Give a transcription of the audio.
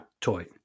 Toy